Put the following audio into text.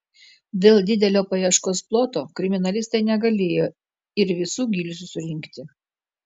dėl didelio paieškos ploto kriminalistai negalėjo ir visų gilzių surinkti